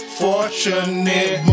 fortunate